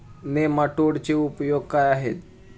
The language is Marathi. नेमाटोडचे उपयोग काय आहेत?